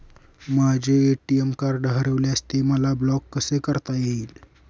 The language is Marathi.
माझे ए.टी.एम कार्ड हरविल्यास ते मला ब्लॉक कसे करता येईल?